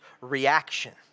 reaction